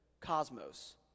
Cosmos